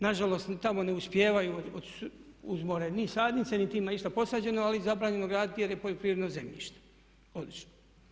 Nažalost tamo ne uspijevaju uz more ni sadnice, niti ima išta posađeno ali zabranjeno je graditi jer je poljoprivredno zemljište odlično.